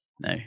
no